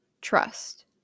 trust